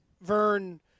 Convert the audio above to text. Vern